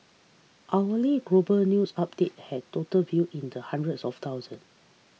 hourly global news update had total view in the hundreds of thousand